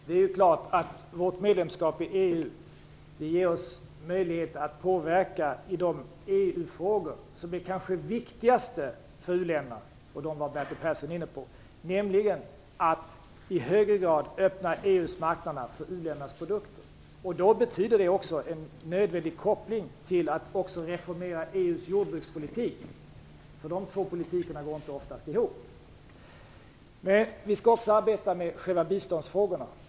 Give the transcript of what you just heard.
Fru talman! Vårt medlemskap i EU ger oss möjlighet att påverka i de EU-frågor som kanske är viktigast för u-länderna, och dem var Bertil Persson inne på, nämligen att i högre grad öppna EU:s marknader för u-ländernas produkter. Det betyder även en nödvändig koppling till att även reformera EU:s jordbrukspolitik. De två områdena inom politiken går oftast inte ihop. Vi skall också arbeta med själva biståndsfrågorna.